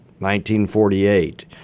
1948